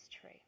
true